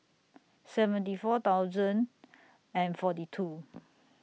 seventy four thousand and forty two